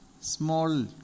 small